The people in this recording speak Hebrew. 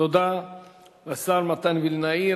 תודה לשר מתן וילנאי.